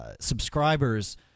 subscribers